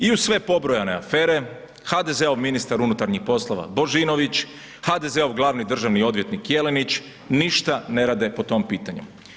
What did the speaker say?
I uz sve pobrojane afere HDZ-ov ministar unutarnjih poslova Božinović, HDZ-ov glavni državni odvjetnik Jelenić ništa ne rade po tom pitanju.